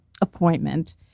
appointment